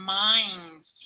minds